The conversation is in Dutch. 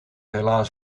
helaas